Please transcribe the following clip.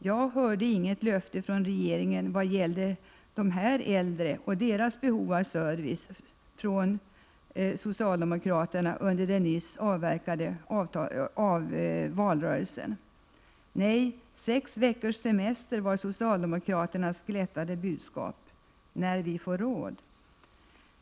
Jag hörde inget löfte från regeringen vad gällde de äldre och deras behov av service från socialdemokraterna under den nyss avverkade valrörelsen. Nej, sex veckors semester var socialdemokraternas glättade budskap — när vi får råd.